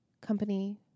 company